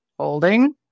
Holding